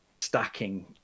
stacking